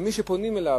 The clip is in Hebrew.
ומי שפונים אליו,